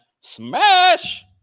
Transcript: smash